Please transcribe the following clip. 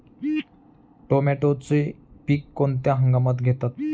टोमॅटोचे पीक कोणत्या हंगामात घेतात?